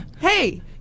Hey